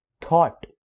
thought